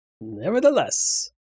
nevertheless